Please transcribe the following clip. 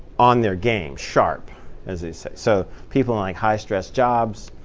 on their game, sharp as they say. so people in high-stress jobs,